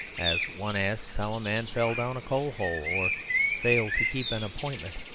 as one asks how a man fell down a coal-hole, or failed to keep an appointment.